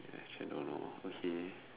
ya actually I don't know okay